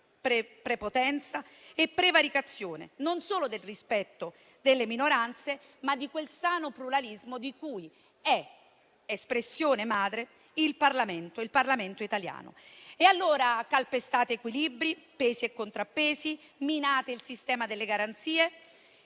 prepotenza e prevaricazione non solo del rispetto delle minoranze, ma anche di quel sano pluralismo di cui è espressione madre il Parlamento italiano. Allora calpestate equilibri, pesi e contrappesi, minate il sistema delle garanzie